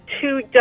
two